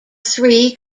three